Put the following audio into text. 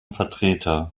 vertreter